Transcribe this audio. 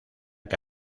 que